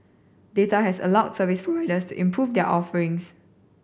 data has allowed service providers to improve their offerings